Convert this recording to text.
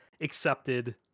accepted